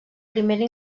primera